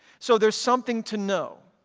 so there's something to know.